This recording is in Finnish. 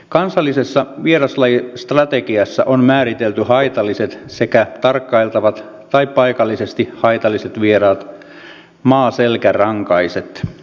kansallisessa vieraslajistrategiassa on määritelty haitalliset sekä tarkkailtavat tai paikallisesti haitalliset vieraat maaselkärankaiset